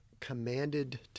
commanded